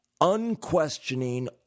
unquestioning